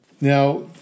Now